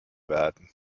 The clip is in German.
werden